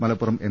Malappuram M